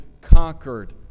conquered